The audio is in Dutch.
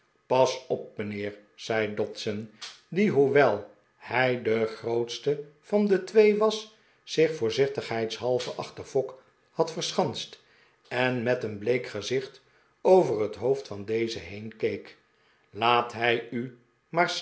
pas op mijnheer zei dodson die hoewel hij de grootste van de twee was zich voorzichtigheidshalve achter fogg had verschanst en met een bleek gezicht over het hoofd van dezen heen keek laat hij u maar